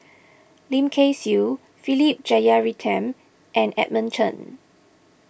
Lim Kay Siu Philip Jeyaretnam and Edmund Chen